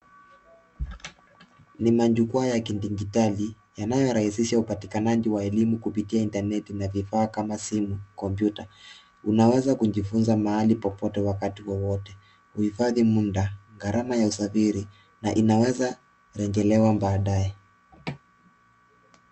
Ni majukwaa ya kidijitali, yanayorahisisha upatikanaji wa elimu kupitia intaneti na vifaa kama simu, kompyuta. Unaweza kujifunza mahali popote, wakati wowote. Huhifadhi muda, gharama ya usafiri, na inaweza rejelewa baadae.